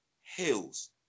hills